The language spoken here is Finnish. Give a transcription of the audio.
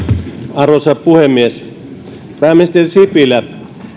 arvoisa puhemies pääministeri sipilä